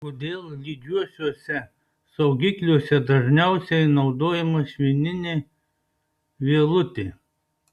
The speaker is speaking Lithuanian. kodėl lydžiuosiuose saugikliuose dažniausiai naudojama švininė vielutė